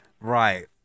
Right